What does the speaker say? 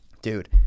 Dude